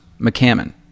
McCammon